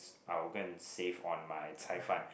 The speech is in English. I will go and save on my cai-fan